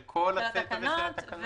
של כל הסט הזה של התקנות?